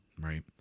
right